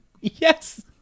Yes